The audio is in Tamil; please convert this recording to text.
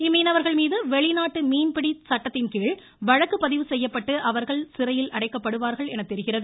இம்மீனவர்கள்மீது வெளிநாட்டு மீன் பிடி சட்டத்தின்கீழ் வழக்கு பதிவு செய்யப்பட்டு அவர்கள் சிறையில் அடைக்கப்படுவார்கள் என தெரிகிறது